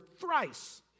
thrice